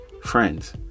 friends